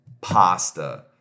pasta